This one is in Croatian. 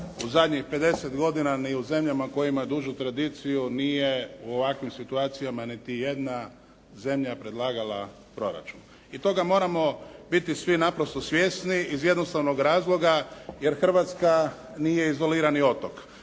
u zadnjih 50 godina ni u zemljama koje imaju dužu tradiciju nije u ovakvim situacijama niti jedna zemlja predlagala proračun i toga moramo biti svi naprosto svjesni iz jednostavnog razloga jer Hrvatska nije izolirani otok.